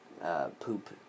poop